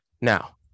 Now